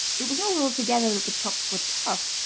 it was not altogether that the chops were tough,